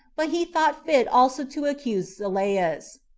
but he thought fit also to accuse sylleus.